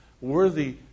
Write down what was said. worthy